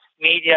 Media